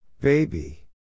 Baby